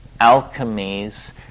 alchemies